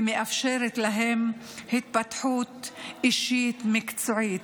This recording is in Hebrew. ומאפשרת להם התפתחות אישית מקצועית.